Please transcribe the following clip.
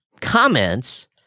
comments